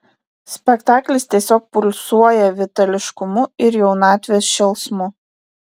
spektaklis tiesiog pulsuoja vitališkumu ir jaunatvės šėlsmu